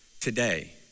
today